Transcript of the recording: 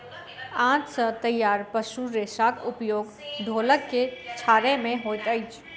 आंत सॅ तैयार पशु रेशाक उपयोग ढोलक के छाड़य मे होइत अछि